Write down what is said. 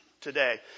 today